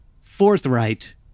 forthright